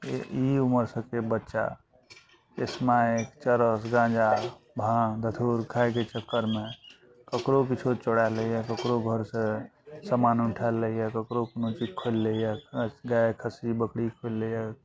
ई उमर सबके बच्चा स्मैक चरस गाँजा भाङ्ग धतूर खाइके चक्करमे ककरो किछो चोरा लइए केकरो घरसँ सामान उठा लइए ककरो कोनो चीज खोलि लइए गाय खस्सी बकरी खोलि लइए